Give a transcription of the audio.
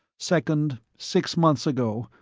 second, six months ago,